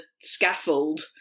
scaffold